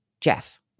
Jeff